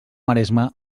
maresma